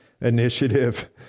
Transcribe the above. initiative